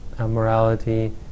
morality